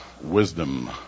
wisdom